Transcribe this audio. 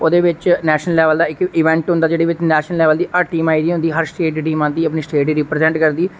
ओहदे बिच नेशनल लेबल दा इक इवेंट होंदा जेहदे बिच नेशनल लेबल दी हर टीम आई दी होंदी हर स्टेट दी टीम आंदी ऐ जेहड़ी अपनी स्टेट गी रिप्रजेंट करदी ऐ